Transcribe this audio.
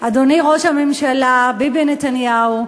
אדוני ראש הממשלה ביבי נתניהו,